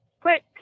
quick